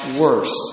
worse